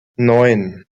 neun